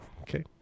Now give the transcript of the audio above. Okay